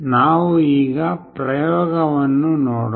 ನಾವು ಈಗ ಪ್ರಯೋಗವನ್ನು ನೋಡೋಣ